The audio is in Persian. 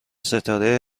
ستاره